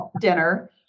dinner